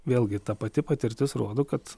vėlgi ta pati patirtis rodo kad